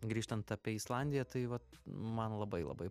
grįžtant apie islandiją tai vat man labai labai